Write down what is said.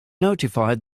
notified